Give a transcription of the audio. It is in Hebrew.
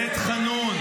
בית חאנון